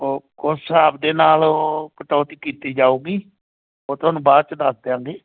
ਉਹ ਉਸ ਹਿਸਾਬ ਦੇ ਨਾਲ ਉਹ ਕਟੌਤੀ ਕੀਤੀ ਜਾਵੇਗੀ ਉਹ ਤੁਹਾਨੂੰ ਬਾਅਦ 'ਚ ਦੱਸ ਦਿਆਂਗੇ